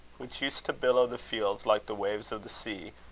which used to billow the fields like the waves of the sea,